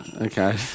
Okay